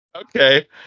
Okay